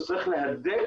וצריך להדק